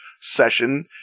session